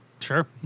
Sure